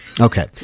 Okay